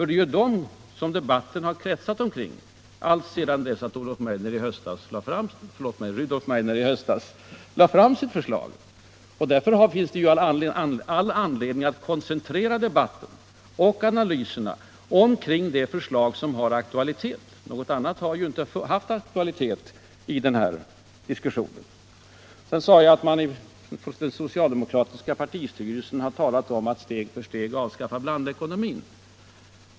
Det är ju dem som debatten har kretsat omkring alltsedan Rudolf Meidner i höstas lade fram sitt förslag. Därför finns det all anledning att koncentrera debatten och analyserna kring det förslag som har aktualitet. Något annat har ju inte haft aktualitet i den här diskussionen. Sedan sade jag att den socialdemokratiska partistyrelsen har talat om att steg för steg avskaffa blandekonomin.